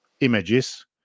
images